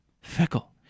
Fickle